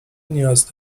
نیاز